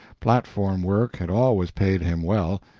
platform work had always paid him well,